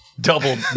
Double